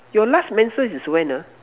your last menses is when ah